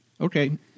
Okay